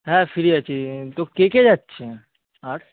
হ্যাঁ ফ্রি আছি তো কে কে যাচ্ছে আর